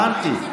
הבנתי.